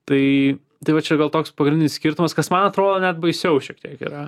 tai tai va čia gal toks pagrindinis skirtumas kas man atrodo net baisiau šiek tiek yra